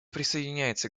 присоединяется